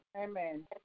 Amen